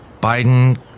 Biden